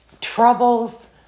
Troubles